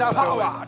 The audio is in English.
power